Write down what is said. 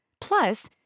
Plus